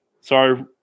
sorry